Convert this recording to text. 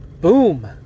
boom